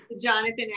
Jonathan